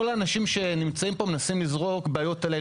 כל האנשים שנמצאים פה מנסים לזרוק בעיות אלינו,